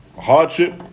hardship